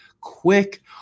quick